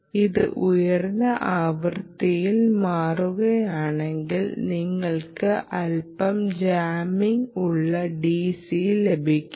ഇത് ഉയർന്ന ആവൃത്തിയിൽ മാറുകയാണെങ്കിൽ നിങ്ങൾക്ക് അല്പം ജാഗിംഗ് ഉള്ള DC ലഭിക്കും